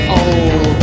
old